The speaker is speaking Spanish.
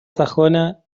sajona